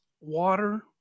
water